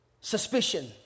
Suspicion